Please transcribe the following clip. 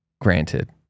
granted